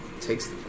takes